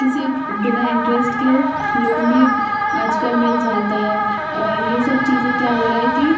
किसी बिना इंटरेस्ट के लोन भी आज कल मिल जाता है और यह सब चीज़ क्या हो रहा है कि